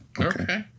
Okay